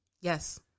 yes